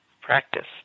practice